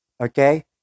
okay